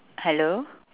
hello